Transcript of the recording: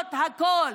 למרות הכול.